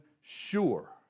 sure